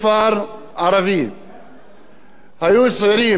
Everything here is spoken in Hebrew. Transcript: כמעט בחצות